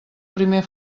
primer